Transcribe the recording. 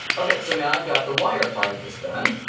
okay, so now i've got the wire part of this done.